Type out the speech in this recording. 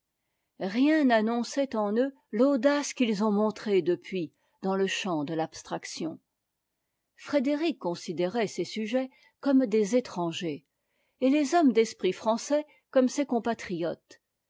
rien n'annonçait en eux l'audace qu'ils ont montrée depuis dans le champ de l'abstraction frédéric considérait ses sujets comme des étrangers et les hommes d'esprit français comme ses compatriotes